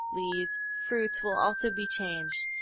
leaves, fruits will also be changed.